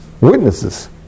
witnesses